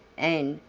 and,